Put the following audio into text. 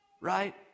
Right